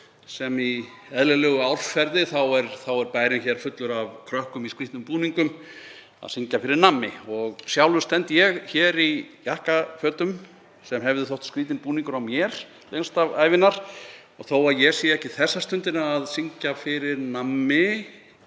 Í eðlilegu árferði er bærinn fullur af krökkum í skrýtnum búningum að syngja fyrir nammi. Sjálfur stend ég hér í jakkafötum sem hefðu þótt skrýtin búningur á mér lengst af ævinnar og þó að ég sé ekki þessa stundina að syngja fyrir nammi